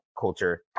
culture